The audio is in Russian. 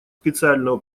специального